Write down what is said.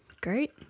Great